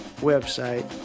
website